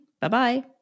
Bye-bye